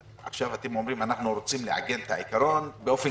עכשיו אתם אומרים שאתם רוצים לעגן את העיקרון באופן